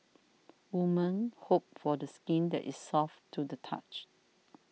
women hope for the skin that is soft to the touch